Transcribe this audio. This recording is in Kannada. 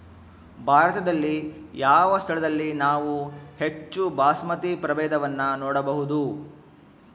ಭಾರತದಲ್ಲಿ ಯಾವ ಸ್ಥಳದಲ್ಲಿ ನಾವು ಹೆಚ್ಚು ಬಾಸ್ಮತಿ ಪ್ರಭೇದವನ್ನು ನೋಡಬಹುದು?